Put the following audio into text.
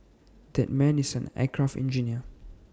that man is an aircraft engineer